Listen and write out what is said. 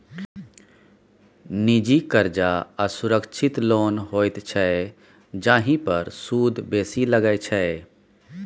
निजी करजा असुरक्षित लोन होइत छै जाहि पर सुद बेसी लगै छै